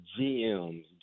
GMs